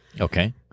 okay